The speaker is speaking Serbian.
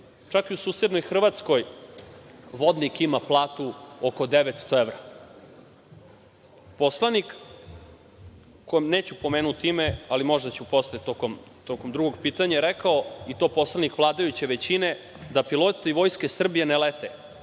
Čak i u susednoj Hrvatskoj vodnik ima platu oko 900 evra. Poslanik kome neću pomenuti ime, ali možda ću posle tokom drugog pitanja, i to poslanik vladajuće većine, rekao je da piloti Vojske Srbije ne lete